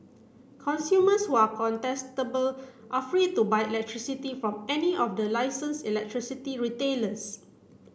consumers who are contestable are free to buy electricity from any of the licensed electricity retailers